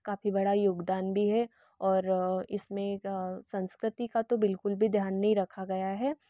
काफ़ी बड़ा योगदान भी है और इसमें संस्कृति का तो बिलकुल भी ध्यान नहीं रखा गया है